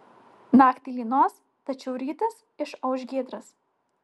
naktį lynos tačiau rytas išauš giedras